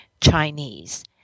Chinese